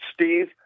Steve